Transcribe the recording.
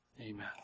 Amen